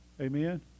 Amen